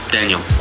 Daniel